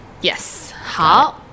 Yes,好